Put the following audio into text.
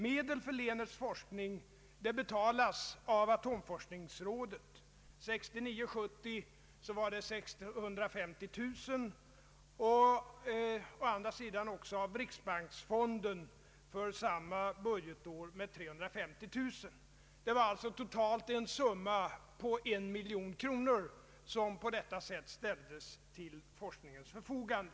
Medel för Lehnerts forskning ställs till förfogande av atomforskningsrådet — för budgetåret 1969/70 var det 650 000 kronor — och av riksbanksfonden som för samma budgetår bidrog med 350 000 kronor. Totalt har alltså en summa på en miljon kronor på detta sätt ställts till den forskningens förfogande.